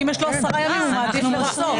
אם יש לו עשרה ימים, הוא מעדיף לרצות.